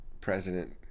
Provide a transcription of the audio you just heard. president